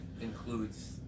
includes